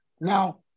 Now